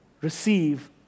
receive